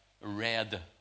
Red